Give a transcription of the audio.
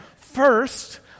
first